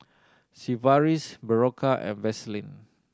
Sigvaris Berocca and Vaselin